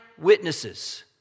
witnesses